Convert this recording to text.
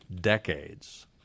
decades